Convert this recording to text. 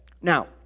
Now